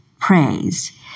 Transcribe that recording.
praise